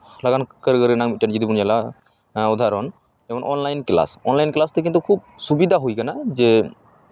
ᱞᱟᱜᱟᱱ ᱠᱟᱹᱨᱤ ᱨᱮᱱᱟᱜ ᱢᱤᱫᱴᱮᱱ ᱡᱩᱫᱤ ᱵᱚᱱ ᱧᱮᱞᱟ ᱩᱫᱟᱦᱚᱨᱚᱱ ᱚᱱᱞᱟᱭᱤᱱ ᱠᱞᱟᱥ ᱚᱱᱞᱟᱭᱤᱱ ᱠᱞᱟᱥ ᱫᱚ ᱠᱤᱱᱛᱩ ᱠᱷᱩᱵ ᱥᱩᱵᱤᱫᱷᱟ ᱦᱩᱭ ᱠᱟᱱᱟ ᱡᱮ